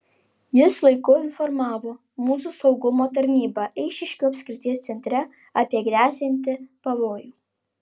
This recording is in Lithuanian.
jis laiku informavo mūsų saugumo tarnybą eišiškių apskrities centre apie gresianti pavojų